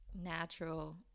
natural